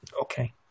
Okay